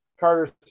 Carter